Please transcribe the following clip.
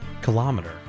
Kilometer